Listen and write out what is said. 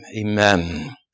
Amen